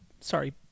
sorry